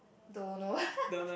don't know